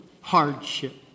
hardship